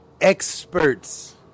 experts